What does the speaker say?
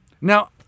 Now